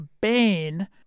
Bane